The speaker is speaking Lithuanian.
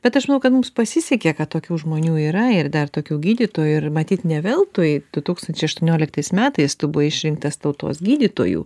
bet aš manau kad mums pasisekė kad tokių žmonių yra ir dar tokių gydytojų ir matyt ne veltui du tūkstančiai aštuonioliktais metais tu buvai išrinktas tautos gydytoju